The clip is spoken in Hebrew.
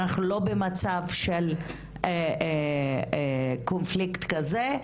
אנחנו לא במצב של קונפליקט כזה,